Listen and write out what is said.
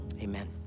amen